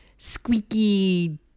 squeaky